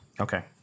Okay